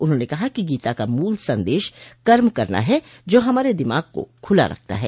उन्होंने कहा कि गीता का मूल संदेश कर्म करना है जो हमारे दिमाग को खुला रखता है